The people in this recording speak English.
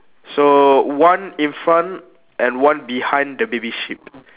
so one in front and one behind the baby sheep